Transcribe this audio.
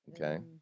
Okay